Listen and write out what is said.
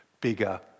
bigger